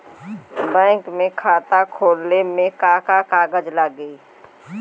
Bank में खाता खोले मे का का कागज लागी?